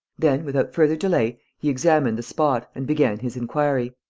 then, without further delay, he examined the spot and began his inquiry.